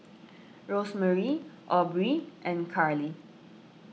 Rosemary Aubrey and Carlie